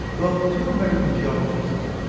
well, two american geologists,